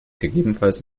gegebenenfalls